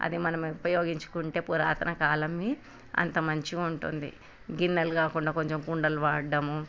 అది మనం ఉపయోగించుకుంటే పురాతన కాలంవి అంత మంచిగా ఉంటుంది గిన్నెలు కాకుండా కొంచెం కుండలు వాడడము